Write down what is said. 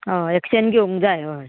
हय एक्शन घेवंक जाय हय